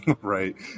Right